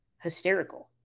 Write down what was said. hysterical